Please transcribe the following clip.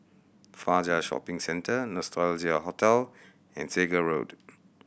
Fajar Shopping Centre Nostalgia Hotel and Segar Road